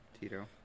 Tito